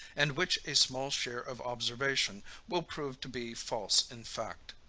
and which a small share of observation will prove to be false in fact.